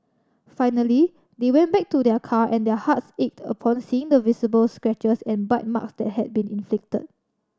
finally they went back to their car and their hearts ached upon seeing the visible scratches and bite marks that had been inflicted